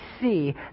see